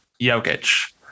Jokic